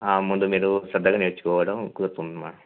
ముందు మీరు శ్రద్ధగా నేర్చుకోవడం కుదురుతుంది అమ్మ